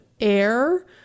air